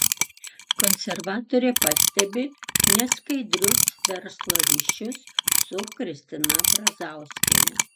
konservatorė pastebi neskaidrius verslo ryšius su kristina brazauskiene